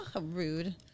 Rude